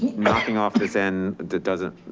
nothing off this n, that doesn't